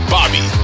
Bobby